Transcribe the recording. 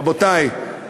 רבותי,